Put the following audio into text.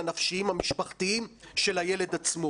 הנפשיים והמשפחתיים של הילד עצמו.